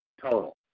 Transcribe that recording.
total